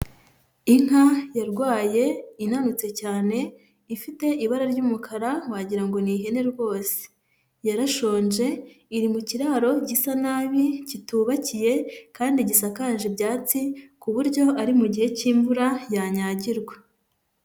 Inka yarwaye inanutse cyane ifite ibara ry'umukara wagira ngo ni ihene rwose, yarashonje iri mu kiraro gisa nabi kitubakiye kandi gisakaje ibyatsi, ku buryo ari mu gihe cy'imvura yanyagirwa.